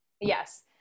Yes